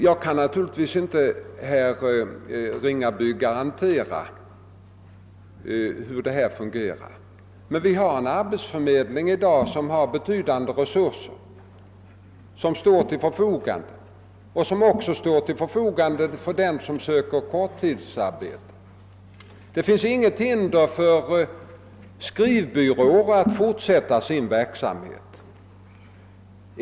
Jag kan naturligtvis inte garantera, herr Ringaby, hur detta fungerar. Men vi har i dag en arbetsförmedling som har betydande resurser och som står till förfogande också för dem som sö ker korttidsarbete. Det finns inget hinder för skrivbyråer att fortsätta sin verksamhet.